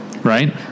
right